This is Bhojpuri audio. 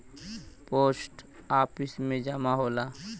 पोस्ट आफिस में जमा होला